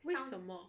为什么